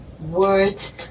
words